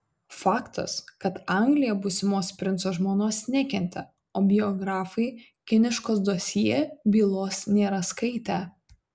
faktas kad anglija būsimos princo žmonos nekentė o biografai kiniškos dosjė bylos nėra skaitę